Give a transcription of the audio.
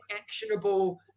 actionable